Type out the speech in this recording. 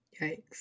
Yikes